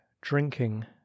drinking